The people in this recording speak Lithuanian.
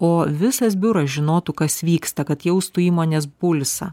o visas biuras žinotų kas vyksta kad jaustų įmonės pulsą